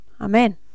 Amen